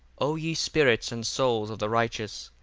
o ye spirits and souls of the righteous,